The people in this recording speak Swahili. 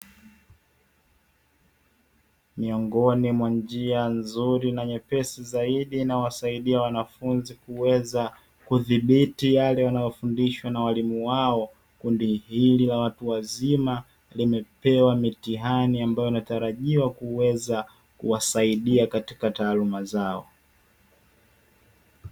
Miongoni mwa njia nzuri na nyepesi zaidi inayowasaidia wanafunzi kuweza kudhibiti yale wanayofundishwa na walimu wao. Kundi hili la watu wazima limepewa mitihani ambayo inatarajiwa kuweza kuwasaidia katika taaluma zao.